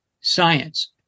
science